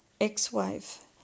ex-wife